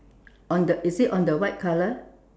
on the is it on the white colour